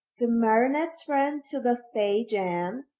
the marionettes ran to the stage and,